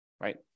Right